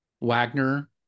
Wagner